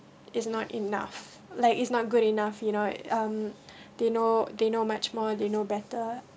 is not enough like it's not good enough you know um they know they know much more they know better